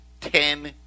ten